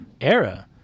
era